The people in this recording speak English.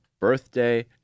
birthday